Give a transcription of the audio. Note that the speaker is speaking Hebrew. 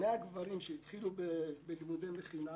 100 גברים שהתחילו לימודי מכינה,